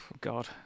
god